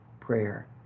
prayer